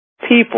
people